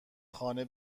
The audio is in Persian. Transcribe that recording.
خانه